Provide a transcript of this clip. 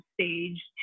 stage